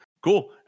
Cool